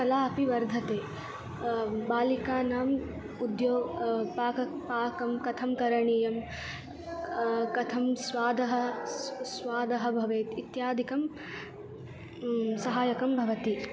कला अपि वर्धते बालिकानाम् उद्यो पाकं पाकं कथं करणीयं कथं स्वादः स्वादः भवेत् इत्यादिकं सहाय्यकं भवति